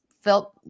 felt